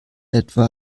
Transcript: etwa